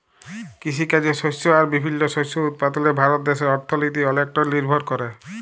কিসিকাজে শস্য আর বিভিল্ল্য শস্য উৎপাদলে ভারত দ্যাশের অথ্থলিতি অলেকট লিরভর ক্যরে